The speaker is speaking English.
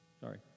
Sorry